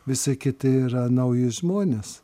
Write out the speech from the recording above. visi kiti yra nauji žmonės